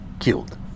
killed